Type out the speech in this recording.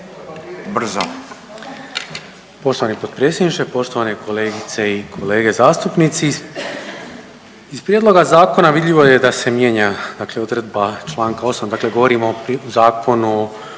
Poštovani potpredsjedniče, poštovane kolegice i kolege zastupnici. Iz prijedloga zakona vidljivo je da se mijenja, dakle odredba članka 8., dakle govorimo o Zakonu